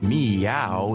Meow